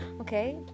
Okay